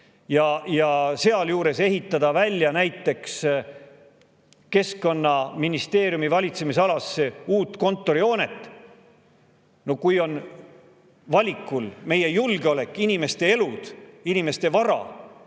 Sealjuures ehitatakse näiteks Keskkonnaministeeriumi valitsemisalasse uut kontorihoonet. Kui on valikus meie julgeolek, inimeste elud, inimeste vara